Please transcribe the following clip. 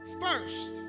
First